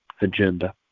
agenda